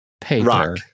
Paper